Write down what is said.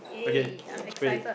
okay wait